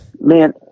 Man